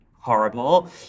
horrible